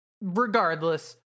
Regardless